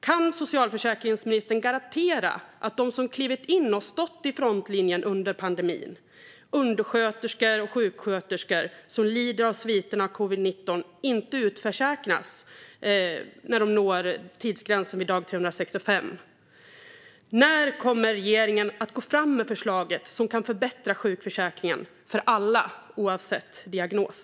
Kan socialförsäkringsministern garantera att de som har klivit in och stått i frontlinjen under pandemin - undersköterskor och sjuksköterskor som lider av sviterna av covid-19 - inte utförsäkras när de når tidsgränsen vid dag 365? När kommer regeringen att gå fram med förslaget som kan förbättra sjukförsäkringen för alla, oavsett diagnos?